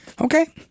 Okay